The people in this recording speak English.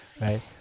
Right